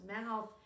mouth